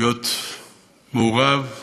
להיות מעורב.